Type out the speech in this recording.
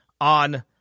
on